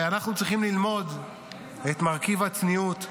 אנחנו צריכים ללמוד את מרכיב הצניעות,